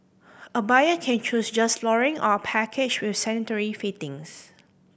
a buyer can choose just flooring or a package with sanitary fittings